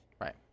Right